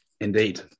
Indeed